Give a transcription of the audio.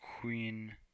Queen